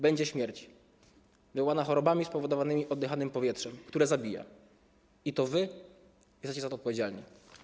Będzie śmierć wywołana chorobami spowodowanymi oddychaniem powietrzem, które zabija, i to wy jesteście za to odpowiedzialni.